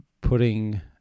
putting